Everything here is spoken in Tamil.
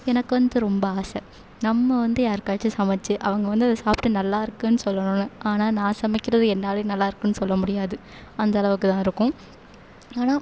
எனக்கு வந்து ரொம்ப ஆசை நம்ம வந்து யாருக்காச்சும் சமைச்சு அவங்க வந்து அதை சாப்பிட்டு நல்லாயிருக்குன்னு சொல்லணும்னு ஆனால் நான் சமைக்கிறது என்னாலேயே நல்லாயிருக்குன்னு சொல்ல முடியாது அந்தளவுக்கு தான் இருக்கும் ஆனால்